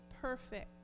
perfect